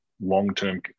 long-term